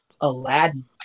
Aladdin